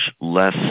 less